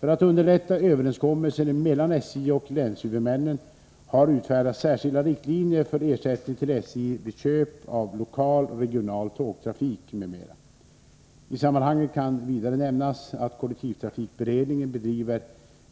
För att underlätta överenskommelser mellan SJ och länshuvudmännen har det utfärdats särskilda riktlinjer för ersättning till SJ vid köp av lokal/regional tågtrafik m.m. I sammanhanget kan vidare nämnas att kollektivtrafikberedningen bedriver